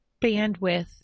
bandwidth